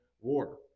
war